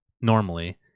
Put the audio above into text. normally